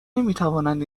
نمیتوانند